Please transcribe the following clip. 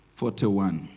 forty-one